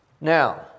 Now